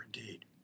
indeed